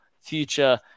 future